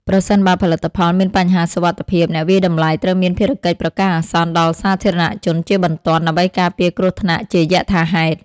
ប្រសិនបើផលិតផលមានបញ្ហាសុវត្ថិភាព អ្នកវាយតម្លៃត្រូវមានភារកិច្ចប្រកាសអាសន្នដល់សាធារណជនជាបន្ទាន់ ដើម្បីការពារគ្រោះថ្នាក់ជាយថាហេតុ។